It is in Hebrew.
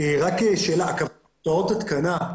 רק שאלה: הוצאות התקנה,